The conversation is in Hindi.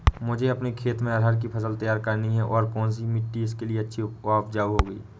मुझे अपने खेत में अरहर की फसल तैयार करनी है और कौन सी मिट्टी इसके लिए अच्छी व उपजाऊ होगी?